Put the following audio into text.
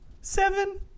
Seven